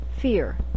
fear